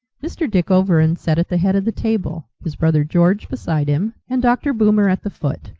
mr. dick overend sat at the head of the table, his brother george beside him, and dr. boomer at the foot.